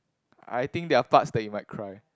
I think there are parts that you might cry